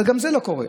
אבל גם זה לא קורה.